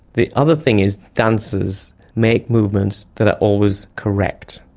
the other thing is, dancers make movements that are always correct.